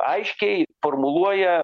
aiškiai formuluoja